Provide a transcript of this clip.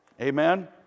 Amen